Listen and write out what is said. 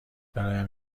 برایم